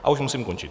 A už musím končit.